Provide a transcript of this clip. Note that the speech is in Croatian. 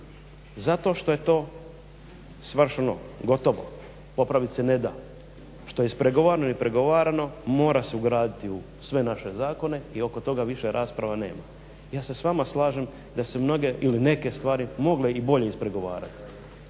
Zato što je to svršeno, gotovo, popraviti se ne da. Što je ispregovarano je ispregovarano, mora se ugraditi u sve naše zakone i oko toga više rasprava nema. Ja se s vama slažem da su se mnoge ili neke stvari mogle i bolje ispregovarati.